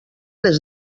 les